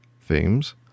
themes